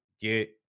get